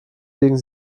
biegen